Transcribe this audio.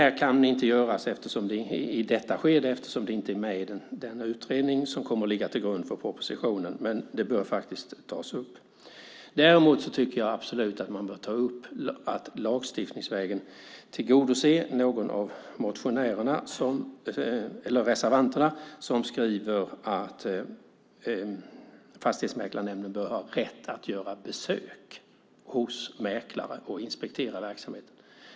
Det kan inte göras i detta skede, eftersom det inte är med i den utredning som kommer att ligga till grund för propositionen, men det bör tas upp. Däremot tycker jag absolut att man lagstiftningsvägen bör tillgodose kravet från en av reservanterna, som skriver att Fastighetsmäklarnämnden bör ha rätt att göra besök hos mäklare och inspektera verksamheten.